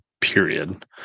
Period